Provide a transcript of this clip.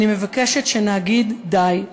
אני מבקשת שנגיד די.